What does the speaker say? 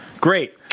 Great